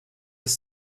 ist